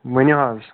ؤنِو حظ